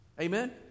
Amen